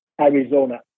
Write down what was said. Arizona